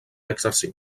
exercir